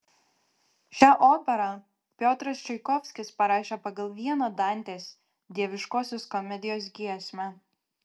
šią operą piotras čaikovskis parašė pagal vieną dantės dieviškosios komedijos giesmę